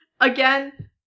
again